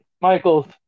Michaels